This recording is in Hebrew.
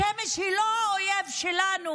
השמש היא לא האויב שלנו.